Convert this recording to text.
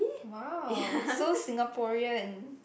!wow! so Singaporean